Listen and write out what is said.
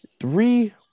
three